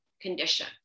condition